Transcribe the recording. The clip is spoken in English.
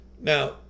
Now